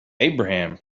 abraham